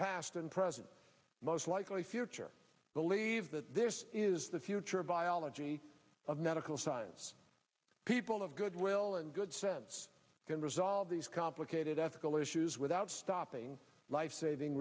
past and present most likely future believe that this is the future viola g of medical science people of goodwill and good sense can resolve these complicated ethical issues without stopping lifesaving